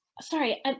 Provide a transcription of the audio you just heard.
Sorry